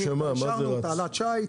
אישרנו תעלת שיט,